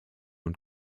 und